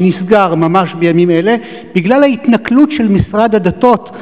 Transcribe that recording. שנסגר ממש בימים אלה בגלל ההתנכלות של משרד הדתות.